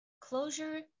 closure